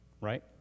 right